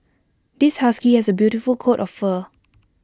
this husky has A beautiful coat of fur